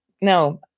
no